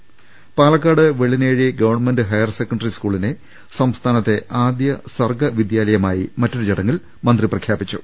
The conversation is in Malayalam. ൃ പാലക്കാട്ട് വെള്ളിനേഴി ഗവൺമെന്റ് ഹയർസെക്കൻഡറി സ്കൂളിനെ സംസ്ഥാനത്തെ ആദ്യ സർഗവിദ്യാലയമായി മറ്റൊരു ചടങ്ങിൽ മന്ത്രി പ്രഖ്യാപിച്ചു